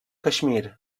caixmir